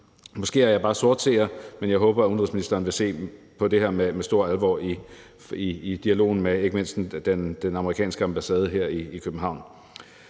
Måske er jeg bare sortseer, men jeg håber, at udenrigsministeren vil se på det her med stor alvor i dialogen med ikke mindst den amerikanske ambassade her i København.